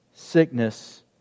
Sickness